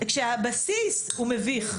וזה כשהבסיס הוא מביך.